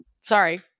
sorry